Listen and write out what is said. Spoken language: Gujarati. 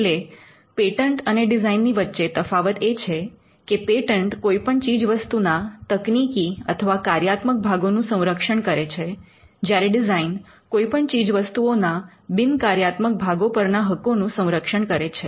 એટલે પેટન્ટ અને ડિઝાઇન ની વચ્ચે તફાવત એ છે કે પેટન્ટ કોઈપણ ચીજ વસ્તુના તકનીકી અથવા કાર્યાત્મક ભાગો નું સંરક્ષણ કરે છે જ્યારે ડિઝાઇન કોઈપણ ચીજ વસ્તુઓ ના બિન કાર્યાત્મક ભાગો પરના હકો નું સંરક્ષણ કરે છે